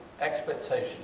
expectation